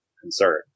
concern